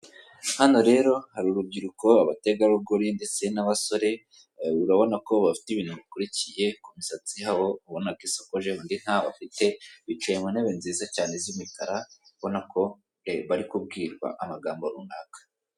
Hano rero hari urubyiruko, abategarugori ndetse n'abasore urabona ko bafite ibintu bakurikiye, kumisatsi yabo ubona ko isokoje undi ntawo afite, bicaye mu ntebe nziza cyane z'imikara ubona ko bari kubwirwa amagambo runaka.